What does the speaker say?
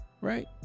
Right